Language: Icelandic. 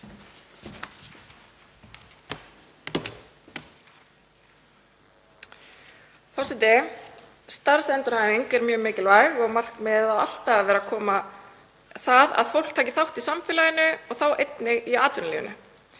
Forseti. Starfsendurhæfing er mjög mikilvæg og markmiðið á alltaf að vera það að fólk taki þátt í samfélaginu og þá einnig í atvinnulífinu